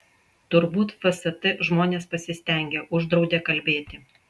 turbūt fst žmonės pasistengė uždraudė kalbėti